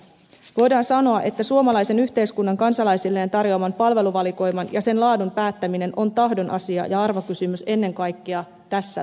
voidaan sanoa että suomalaisen yhteiskunnan kansalaisilleen tarjoaman palveluvalikoiman ja sen laadun päättäminen on tahdon asia ja arvokysymys ennen kaikkea tässä talossa